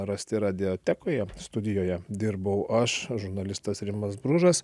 rasti radijotekoje studijoje dirbau aš žurnalistas rimas bružas